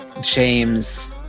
James